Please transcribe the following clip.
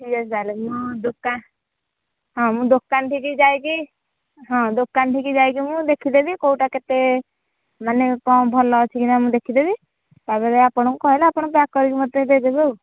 ଠିକ୍ ଅଛି ତାହେଲେ ମୁଁ ଦୋକାନ ହଁ ମୁଁ ଦୋକାନ ଠିକି ଯାଇକି ହଁ ଦୋକାନ ଠିକି ଯାଇକି ମୁଁ ଦେଖିଦେବି କେଉଁଟା କେତେ ମାନେ କଣ ଭଲ ଅଛି କି ନାହିଁ ଦେଖିଦେବି ତାପରେ ଆପଣଙ୍କୁ କହିଲେ ଆପଣ ମୋତେ ପ୍ୟାକ୍ କରିକି ମୋତେ ଦେଇଦେବେ ଆଉ